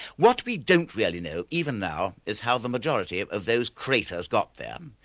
what we don't really know even now is how the majority of of those craters got there,